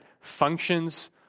functions